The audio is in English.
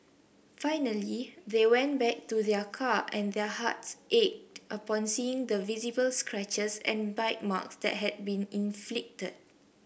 finally they went back to their car and their hearts ached upon seeing the visible scratches and bite marks that had been inflicted